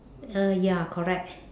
uh ya correct